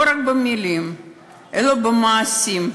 לא רק במילים אלא במעשים,